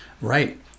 Right